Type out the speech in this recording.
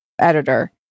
editor